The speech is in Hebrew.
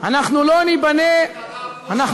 איפה הרוחניות?